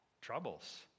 troubles